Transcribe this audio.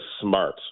smart